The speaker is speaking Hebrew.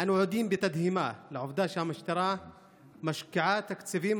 אנו עדים בתדהמה לעובדה שהמשטרה משקיעה תקציבים,